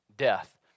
death